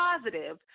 positive